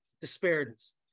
disparities